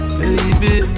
baby